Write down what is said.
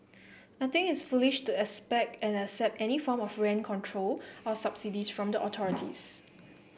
I think it is foolish to expect and accept any form of rent control or subsidies from the authorities